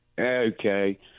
Okay